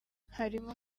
harimo